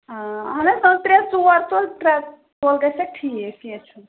آ اَہَن حظ ترٛےٚ ژور تولہٕ ترٛےٚ تولہٕ گژھٮ۪کھ ٹھیٖک کیٚنٛہہ چھُنہٕ